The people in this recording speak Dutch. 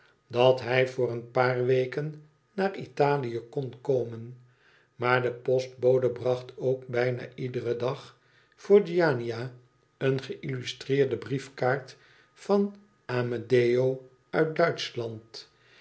dat hij voor een paar weken naar italic kon komen maar de postbode bracht ook bijna iederen dag voor giannina een geilhistreerde briefkaart van amedeo